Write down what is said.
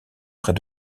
près